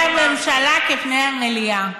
פני הממשלה כפני המליאה.